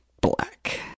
black